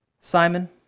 Simon